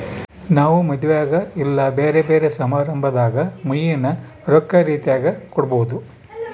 ನಾವು ಮದುವೆಗ ಇಲ್ಲ ಬ್ಯೆರೆ ಬ್ಯೆರೆ ಸಮಾರಂಭದಾಗ ಮುಯ್ಯಿನ ರೊಕ್ಕ ರೀತೆಗ ಕೊಡಬೊದು